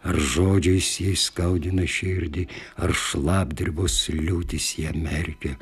ar žodžiais skaudina širdį ar šlapdribos liūdesį jie merkia